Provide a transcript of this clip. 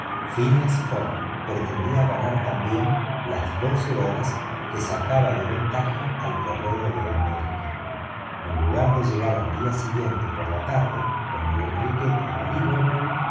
fogg pretendía ganar también las doce horas que sacaba de ventaja al correo de américa en lugar de llegar al día siguiente por la tarde con la enriqueta a liverpool